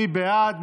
מי בעד?